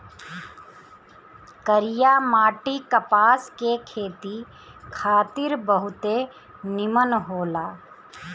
करिया माटी कपास के खेती खातिर बहुते निमन होला